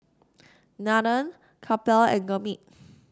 Nathan Kapil and Gurmeet